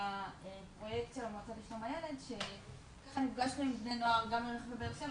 ושותפים נהדרים שמשתפים את הדברים דרך החוויה